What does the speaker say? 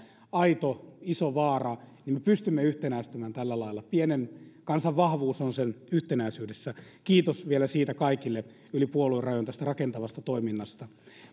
aito iso vaara me pystymme yhtenäistymään tällä lailla pienen kansan vahvuus on sen yhtenäisyydessä kiitos vielä kaikille yli puoluerajojen tästä rakentavasta toiminnasta